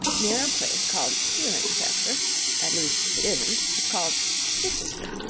near a place called cirencester at least, it isn't it's called cissister,